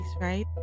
right